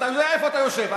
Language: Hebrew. אתה יודע איפה אתה יושב.